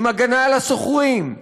עם הגנה על השוכרים,